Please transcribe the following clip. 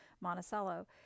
Monticello